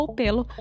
pelo